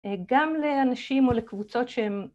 גם לאנשים או לקבוצות שהם